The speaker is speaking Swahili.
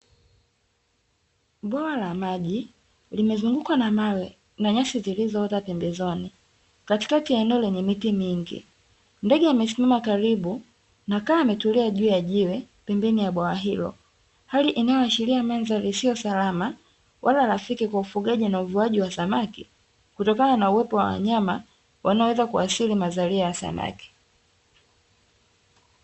Bwawa la maji limezungukwa na mawe na nyasi zilizoota pembezoni katikati ya eneo lenye miti mingi, ndege amesimama karibu na kaa ametulia juu ya jiwe pembeni ya bwawa hilo, hali inayoashiria mandhari isiyo salama wala rafiki kwa ufugaji na uvuaji wa samaki kutokana na uwepo wa wanyama wanaoweza kuadhili mazalia ya samaki.